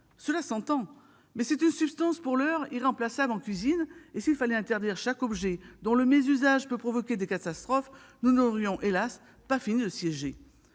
Cela s'entend, mais c'est une substance pour l'heure irremplaçable en cuisine et, s'il fallait interdire chaque objet dont le mésusage peut provoquer des catastrophes, nous n'aurions hélas ! pas fini de siéger.